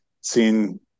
seen